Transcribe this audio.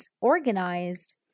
organized